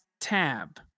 tab